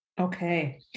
Okay